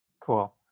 Cool